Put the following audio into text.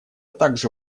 также